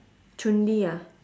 chun li ah